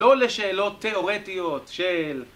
לא לשאלות תיאורטיות של...